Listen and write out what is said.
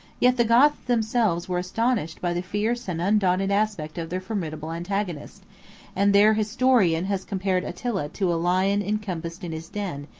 yet the goths themselves were astonished by the fierce and undaunted aspect of their formidable antagonist and their historian has compared attila to a lion encompassed in his den,